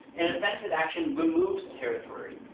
and offensive action removes territory,